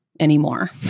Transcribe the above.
Anymore